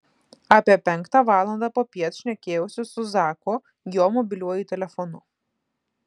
apie penktą valandą popiet šnekėjausi su zaku jo mobiliuoju telefonu